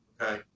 okay